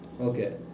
Okay